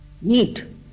need